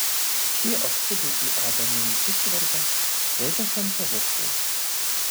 šie oksidai į odą neįsiskverbia laikosi ant paviršiaus